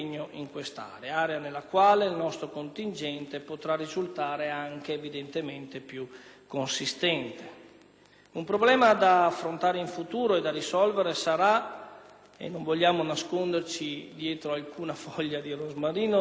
Un problema da affrontare in futuro e da risolvere - non vogliamo nasconderci dietro alcuna foglia di rosmarino - sarà rappresentato dalla copertura che dovrà essere individuata, in quanto il fondo utilizzato per coprire gli oltre 800 milioni di euro è